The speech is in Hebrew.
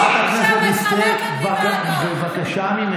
אם היא תפריע לי,